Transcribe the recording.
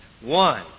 One